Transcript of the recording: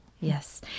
Yes